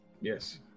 Yes